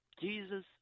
Jesus